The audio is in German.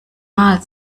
mal